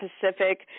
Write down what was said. Pacific